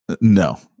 No